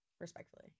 respectfully